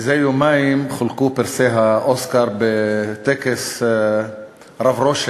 לפני יומיים חולקו פרסי האוסקר בטקס רב-רושם,